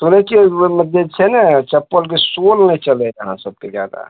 सुनय छियै जे छै ने चप्पलके सोल नहि चलइए अहाँ सबके जादा